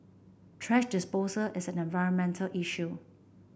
thrash disposal is an environmental issue